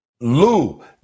Lou